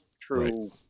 true